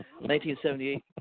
1978